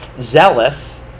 zealous